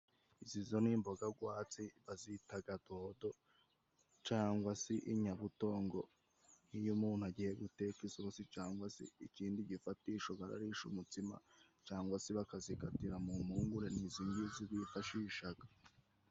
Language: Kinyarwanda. Izi zo ni imboga gwatsi bazitaga dodo cangwa se inyabutongo. Iyo umuntu agiye guteka isosi cangwa se ikindi gifatisho bararisha umutsima, cangwa se bakazigatira mu mpungure ni izi ngizi bifashishaga.